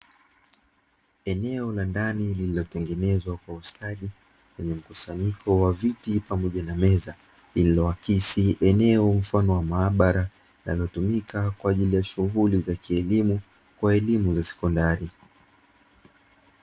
Eneo la ndani lilojaa miti pamoja na meza linalotumika kwaajili ya wanafunzi